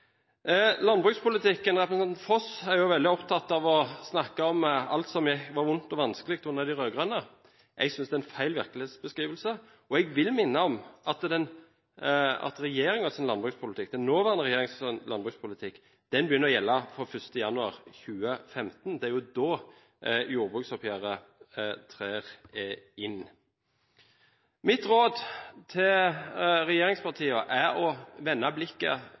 landbrukspolitikken: Representanten Foss er veldig opptatt av å snakke om alt som var vondt og vanskelig under de rød-grønne. Jeg synes det er en feil virkelighetsbeskrivelse, og jeg vil minne om at den nåværende regjeringens landbrukspolitikk begynner å gjelde fra 1. januar 2015, det er jo da jordbruksoppgjøret trer inn. Mitt råd til regjeringspartiene er å vende blikket